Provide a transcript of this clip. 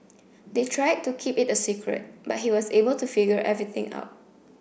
they tried to keep it a secret but he was able to figure everything out